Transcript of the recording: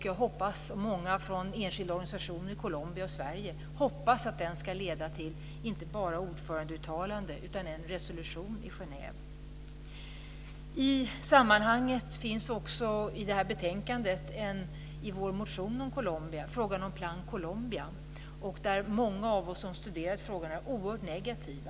Jag tror att många från enskilda organisationer i Colombia och i Sverige hoppas på att den ska leda inte bara till ett ordförandeuttalande, utan till en resolution i Genève. I sammanhanget finns också i betänkandet och i vår motion om Colombia frågan om Plan Colombia. Många av oss som studerat frågan är oerhört negativa.